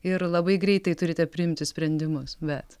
ir labai greitai turite priimti sprendimus bet